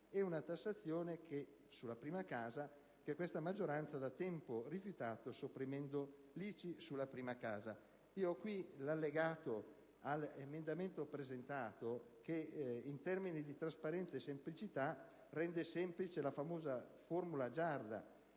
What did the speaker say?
e una tassazione sulla prima casa che questa maggioranza ha da tempo rifiutato sopprimendo l'ICI sulla prima casa. L'allegato all'emendamento presentato, che, in termini di trasparenza, rende semplice la famosa «formula Giarda»,